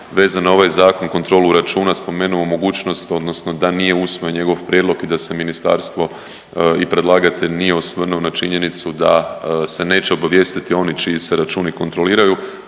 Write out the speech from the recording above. vezano na ovaj Zakon kontrolu računa, spomenuo mogućnost odnosno da nije usvojen njegov prijedlog i da se ministarstvo i predlagatelj nije osvrnuo na činjenicu da se neće obavijestiti oni čiji se računi kontroliraju.